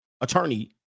attorney